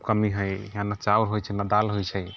कमी हय हियाँ ने चाउर हय छै ने दालि हय छै